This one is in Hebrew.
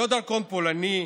לא דרכון פולני,